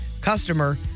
Customer